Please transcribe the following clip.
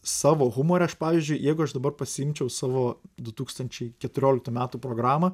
savo humore aš pavyzdžiui jeigu aš dabar pasiimčiau savo du tūkstančiai keturioliktų metų programą